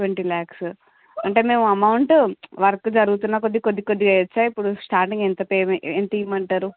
twenty lakhs అంటే మేము amount work జరుగుతున్నకొద్దీ కొద్దీ కొద్దిగా ఇయ్యచ్చా ఇప్పుడు స్టార్టింగ్ ఎంత పేమెంటు ఎంత ఇమ్మంటారు